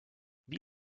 wie